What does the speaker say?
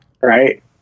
right